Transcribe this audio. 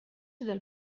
del